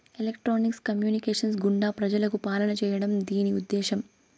electronics communications గుండా ప్రజలకు పాలన చేయడం దీని ఉద్దేశం